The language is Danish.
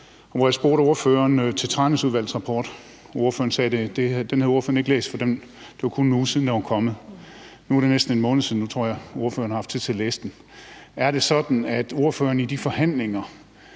hvor jeg spurgte ordføreren til Tranæsudvalgets rapport. Da sagde ordføreren, at den havde ordføreren ikke læst, for det var kun en uge siden, den var kommet. Nu er det næsten en måned siden, og jeg tror, ordføreren har haft tid til at læse den. Er det sådan, at ordføreren i forhold